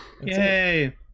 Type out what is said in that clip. Yay